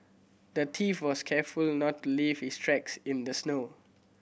the thief was careful not to leave his tracks in the snow